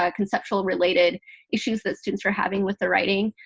ah conceptual-related issues that students are having with the writing.